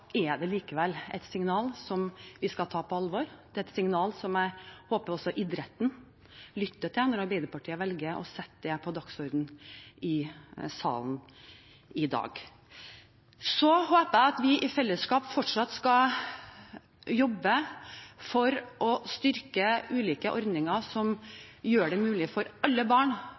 er det likevel et signal som vi skal ta på alvor, et signal som jeg håper at også idretten lytter til, når Arbeiderpartiet velger å sette det på dagsordenen i salen i dag. Jeg håper at vi i fellesskap fortsatt skal jobbe for å styrke ulike ordninger som gjør det mulig for alle barn